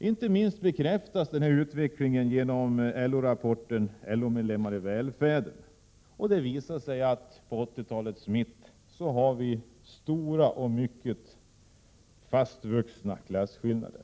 Denna utveckling bekräftas inte minst av LO-rapporten ”LO-medlemmar i välfärden”. Den visar att vi vid 1980-talets mitt hade stora och mycket fast rotade klasskillnader.